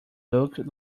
look